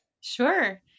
Sure